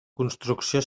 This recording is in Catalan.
construcció